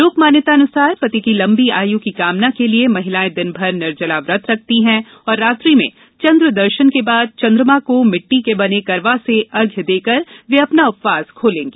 लोक मान्यता अनुसार पति की लंबी आयु की कामना के साथ महिलाए दिनभर निर्जला व्रत रखती है और रात्रि में चन्द्रदर्शन के बाद चन्द्रमा को भिट्टी के बने करवा से अर्घ्य देकर वे अपना उपवास खोलेंगी